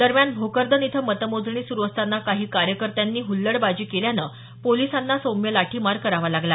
दरम्यान भोकरदन इथं मतमोजणी सुरू असताना काही कार्यकर्त्यांनी हु़ुडबाजी केल्यानं पोलिसांना सौम्य लाठीमार करावा लागला